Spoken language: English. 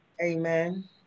amen